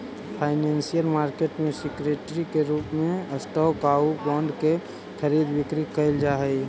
financial market में security के रूप में स्टॉक आउ बॉन्ड के खरीद बिक्री कैल जा हइ